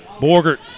Borgert